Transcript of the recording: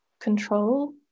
control